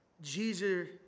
Jesus